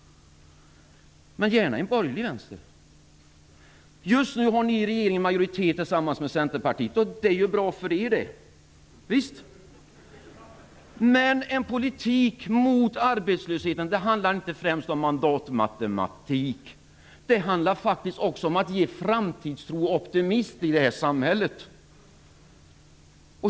Men vi ser gärna en borgerlig vänster. Just nu har ni i regeringen majoritet tillsammans med Centerpartiet. Och det är ju bra för er det! Visst. Men en politik mot arbetslösheten handlar inte främst om mandatmatematik. Det handlar faktisk också om att ge framtidstro och optimism i detta samhälle.